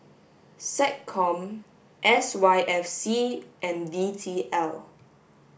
SecCom S Y F C and D T L